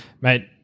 Mate